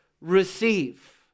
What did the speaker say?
receive